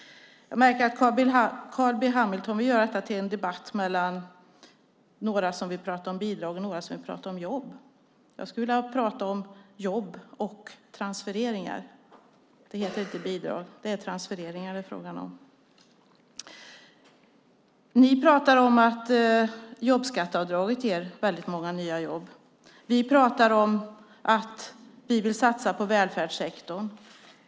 Jag märker att Carl B Hamilton vill göra detta till en debatt mellan några som vill prata om bidrag och några som vill prata om jobb. Jag skulle vilja prata om jobb och transfereringar. Det heter inte bidrag. Det är transfereringar det är fråga om. Ni pratar om att jobbskatteavdraget ger väldigt många nya jobb. Vi pratar om att vi vill satsa på välfärdssektorn.